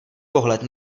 pohled